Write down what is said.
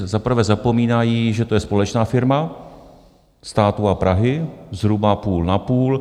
Za prvé zapomínají, že to je společná firma státu a Prahy, zhruba půl napůl.